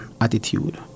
attitude